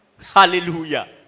Hallelujah